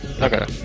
Okay